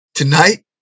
Tonight